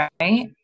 right